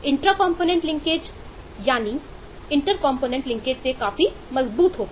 inter component से काफी मजबूत होगा